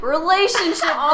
Relationship